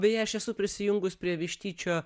beje aš esu prisijungus prie vištyčio